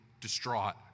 distraught